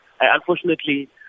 Unfortunately